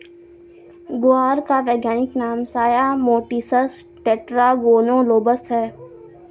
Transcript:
ग्वार का वैज्ञानिक नाम साया मोटिसस टेट्रागोनोलोबस है